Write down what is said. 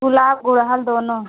गुलाब गुड़हल दोनों